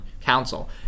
Council